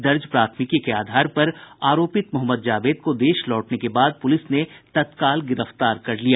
दर्ज प्राथमिकी के आधार पर आरोपित मोहम्मद जावेद को देश लौटने के बाद पुलिस ने तत्काल गिरफ्तार कर लिया